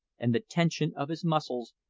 and the tension of his muscles,